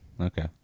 Okay